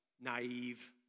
naive